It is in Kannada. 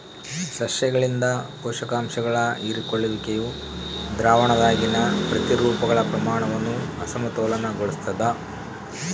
ಸಸ್ಯಗಳಿಂದ ಪೋಷಕಾಂಶಗಳ ಹೀರಿಕೊಳ್ಳುವಿಕೆಯು ದ್ರಾವಣದಾಗಿನ ಪ್ರತಿರೂಪಗಳ ಪ್ರಮಾಣವನ್ನು ಅಸಮತೋಲನಗೊಳಿಸ್ತದ